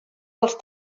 dels